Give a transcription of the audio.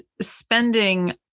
spending